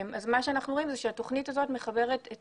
אנחנו רואים שהתכנית הזאת מחברת את